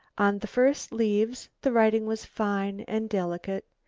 on the first leaves the writing was fine and delicate,